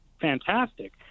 fantastic